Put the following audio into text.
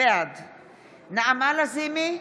בעד נעמה לזימי,